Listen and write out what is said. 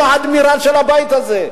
הוא האדמירל של הבית הזה.